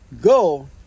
Go